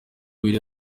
biri